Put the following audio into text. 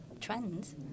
trends